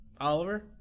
Oliver